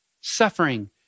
suffering